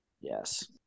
Yes